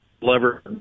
lever